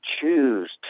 choose